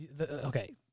okay